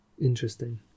Interesting